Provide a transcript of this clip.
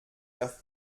der